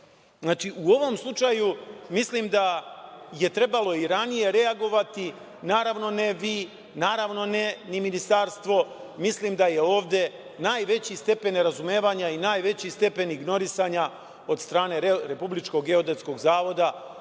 prizna. Znači, u ovom slučaju, mislim da je trebalo i ranije reagovati, naravno ne vi, naravno ni ministarstvo. Mislim da je ovde najveći stepen nerazumevanja i najveći stepen ignorisanja od strane Republičkog geodetskog zavoda,